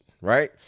right